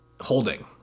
holding